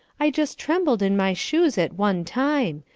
i just trembled in my shoes at one time.